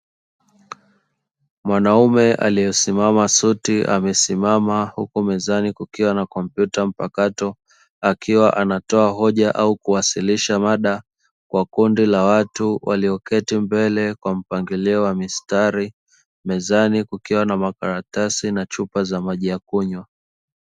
Mwanaume aliyesimama suti amesimama huku mezani kukiwa na kompyuta mpakato, akiwa anatoa hoja au kuwasilisha mada, kwa kundi la watu walio keti mbele kwa mpangilio wa mistari, mezani kukiwa na makaratasi na chupa za maji ya kunywa.